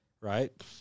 right